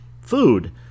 food